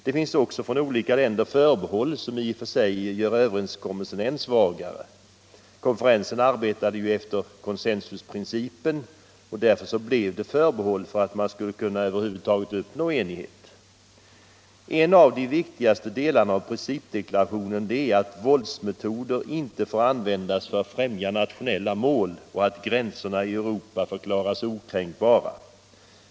Det finns också från olika länder förbehåll som i och för sig gör överenskommelsen än svagare. Konferensen arbetade ju efter consensusprincipen och därför blev det förbehåll för att man skulle kunna uppnå enighet. En av de viktigaste delarna av principdeklarationen är att våldsmetoder inte får användas för att främja nationella mål och att gränserna i Europa förklaras okränkbara.